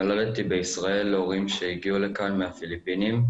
נולדתי בישראל להורים שהגיעו לכאן מהפיליפינים,